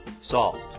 salt